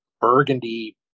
burgundy